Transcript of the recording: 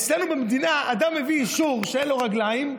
אצלנו במדינה אדם מביא אישור שאין לו רגליים?